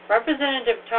Representative